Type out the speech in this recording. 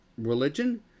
Religion